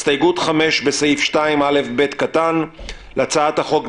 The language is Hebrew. הסתייגות מס' 5. בסעיף 2א(ב) להצעת החוק,